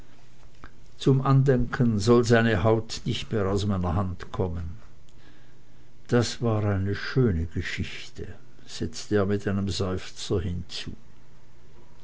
zum andenken soll seine haut nicht mehr aus meiner hand kommen das war eine schöne geschichte setzte er mit einem seufzer hinzu